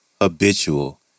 habitual